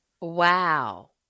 Wow